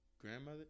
grandmother